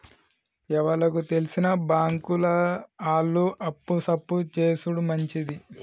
ఎవలకు తెల్సిన బాంకుల ఆళ్లు అప్పు సప్పు జేసుడు మంచిది